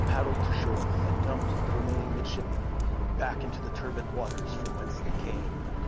paddled to shore and dumped the remaining midshipman back into the turbid waters from whence they came.